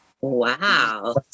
Wow